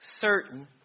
certain